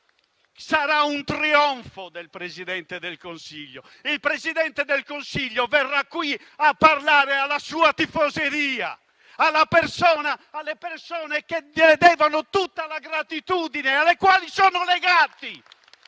Sarà un trionfo del Presidente del Consiglio e il Presidente del Consiglio verrà qui a parlare alla sua tifoseria, alle persone che gli devono tutta la gratitudine e al quale sono legati.